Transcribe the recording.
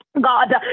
God